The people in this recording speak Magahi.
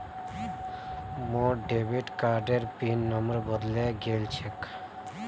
मोर डेबिट कार्डेर पिन नंबर बदले गेल छेक